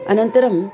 अनन्तरम्